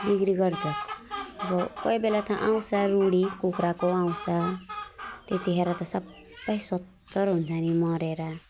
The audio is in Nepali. बिक्री गर्दा अब कोही बेला त आउँछ रुढी कुखुराको आउँछ त्यतिखेर त सबै सोत्तर हुन्छ नि मरेर